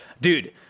dude